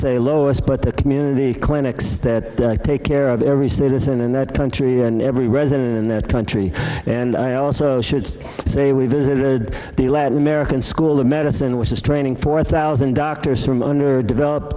the lowest but the community clinics that take care of every citizen and that country and every resident in their country and i also should say we visited the latin american school of medicine which is training four thousand doctors from underdeveloped